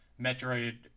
metroid